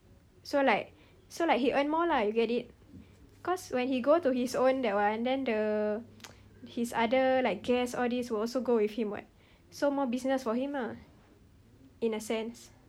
so like so like he earn more lah you get it because when he go to his own that one then the his other like guests like this will also go with him [what] so more business for him lah in a sense